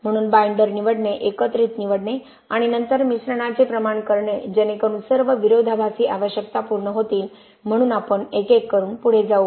म्हणून बाईंडर निवडणे एकत्रित निवडणे आणि नंतर मिश्रणाचे प्रमाण करणे जेणेकरून सर्व विरोधाभासी आवश्यकता पूर्ण होतील म्हणून आपण एक एक करून पुढे जाऊ